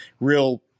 real